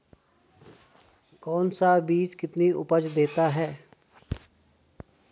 कौन सा बीज कितनी उपज देता है?